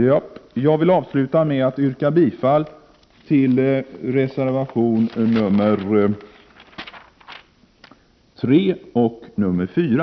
Jag vill avsluta med att yrka bifall till reservationerna nr 3 och 4.